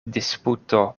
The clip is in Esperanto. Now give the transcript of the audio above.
disputo